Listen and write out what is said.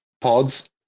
pods